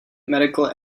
medical